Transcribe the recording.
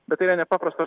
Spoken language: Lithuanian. bet tai yra nepaprastas